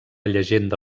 llegenda